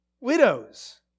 widows